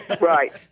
Right